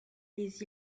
des